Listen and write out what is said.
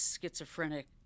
schizophrenic